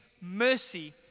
mercy